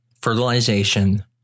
fertilization